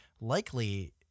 likely